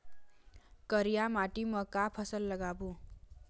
करिया माटी म का फसल लगाबो?